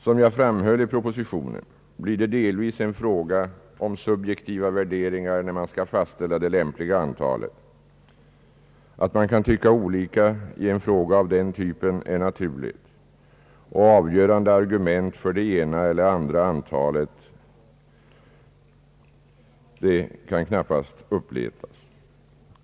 Som jag framhöll i propositionen, blir det delvis en fråga om subjektiva värderingar, när man skall fastställa det lämpliga antalet. Att man kan tycka olika i en fråga av den typen är naturligt, och avgörande argument för att det ena eller andra antalet är riktigast kan knappast uppletas.